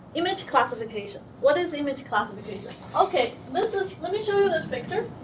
image classification, what is image classification? okay. let's just let me show you this picture.